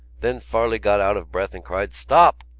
then farley got out of breath and cried stop!